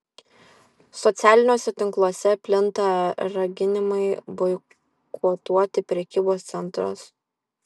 socialiniuose tinkluose plinta raginimai boikotuoti prekybos centrus